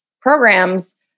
programs